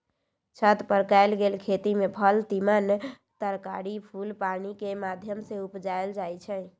छत पर कएल गेल खेती में फल तिमण तरकारी फूल पानिकेँ माध्यम से उपजायल जाइ छइ